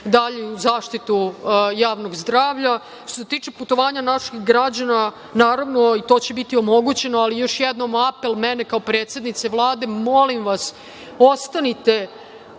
dalju zaštitu javnog zdravlja. Što se tiče putovanja naših građana, naravno i to će biti omogućeno, ali još jednom, apel mene kao predsednice Vlade, molim vas ostanite